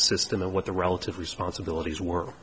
system and what the relative responsibilities w